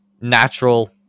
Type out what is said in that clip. natural